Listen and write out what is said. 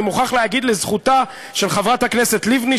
אני מוכרח להגיד לזכותה של חברת הכנסת לבני,